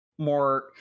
more